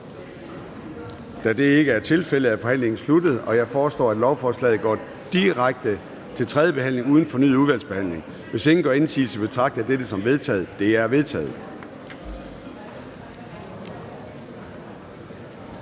Da det ikke er tilfældet, er forhandlingen sluttet. Jeg foreslår, at lovforslaget går direkte til tredje behandling uden fornyet udvalgsbehandling. Hvis ingen gør indsigelse, betragter jeg dette som vedtaget. Det er vedtaget.